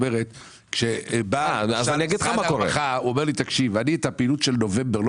בא משרד הרווחה ואומר: את הפעילות של נובמבר אני